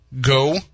go